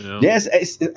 Yes